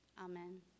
Amen